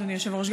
אדוני היושב-ראש,